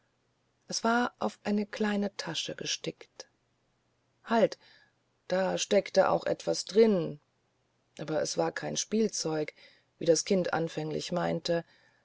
es war auf eine kleine tasche gestickt halt da steckte auch etwas drin aber es war kein spielzeug wie das kind anfänglich meinte